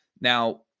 Now